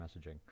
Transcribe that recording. messaging